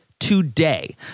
today